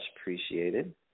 appreciated